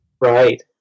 Right